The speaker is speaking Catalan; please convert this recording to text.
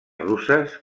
russes